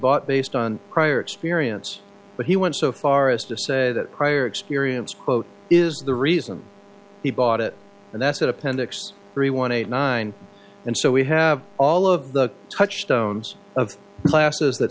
bought based on prior experience but he went so far as to say that prior experience quote is the reason he bought it and that's it appendix three one eight nine and so we have all of the touchstones of classes that